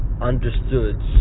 understood